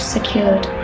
Secured